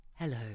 Hello